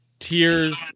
Tears